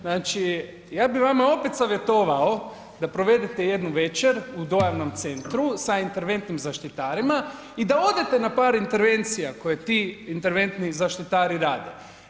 Znači ja bih vama opet savjetovao da provedete jednu večer u Dojavnom centru sa interventnim zaštitarima i da odete na par intervencija koje ti interventni zaštitari rade.